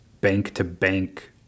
bank-to-bank